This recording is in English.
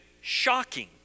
shocking